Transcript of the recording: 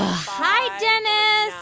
ah hi, dennis.